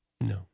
no